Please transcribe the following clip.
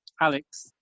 Alex